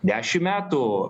dešim metų